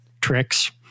tricks